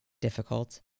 difficult